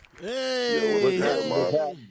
Hey